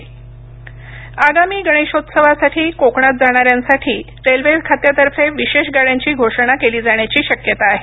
विशेष गाड्या आगामी गणेशोत्सवासाठी कोकणात जाणाऱ्यांसाठी रेल्वे खात्यातर्फे विशेष गाड्यांची घोषणा केली जाण्याची शक्यता आहे